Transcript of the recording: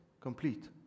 Complete